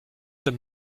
them